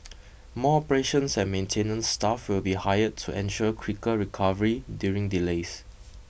more operations and maintenance staff will be hired to ensure quicker recovery during delays